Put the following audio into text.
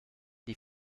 die